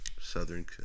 Southern